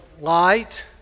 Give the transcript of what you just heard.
light